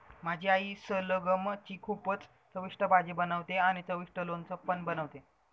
माझी आई सलगम ची खूपच चविष्ट भाजी बनवते आणि चविष्ट लोणचं पण बनवते